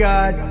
God